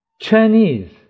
Chinese